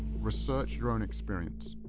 research your own experience,